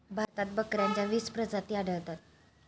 भारतात बकऱ्यांच्या वीस प्रजाती आढळतात